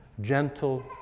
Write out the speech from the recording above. Gentle